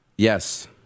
Yes